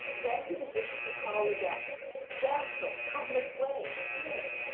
then he begins to call again damsel, come this way, here!